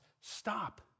stop